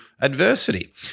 adversity